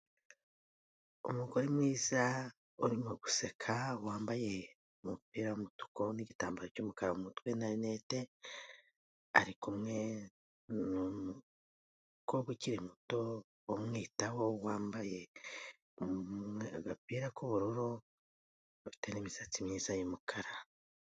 Umugore mwiza urimo guseka wambaye umupira w'umutuku n'igitambaro cy'umukara mu mutwe na rinete, ari kumwe n'umukobwa ukiri muto umwitaho wambaye agapira k'ubururu afite n'imisatsi myiza y'umukara.